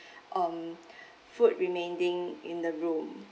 um food remaining in the room